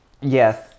Yes